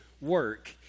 work